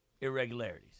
irregularities